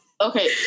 okay